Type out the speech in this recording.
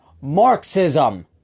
Marxism